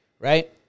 right